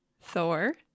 Thor